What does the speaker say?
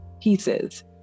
pieces